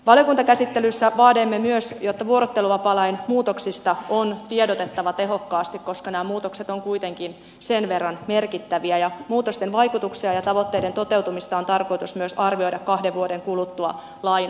valiokuntakäsittelyssä vaadimme myös että vuorotteluvapaalain muutoksista on tiedotettava tehokkaasti koska nämä muutokset ovat kuitenkin sen verran merkittäviä ja muutosten vaikutuksia ja tavoitteiden toteutumista on tarkoitus myös arvioida kahden vuoden kuluttua lain voimaantulosta